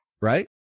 right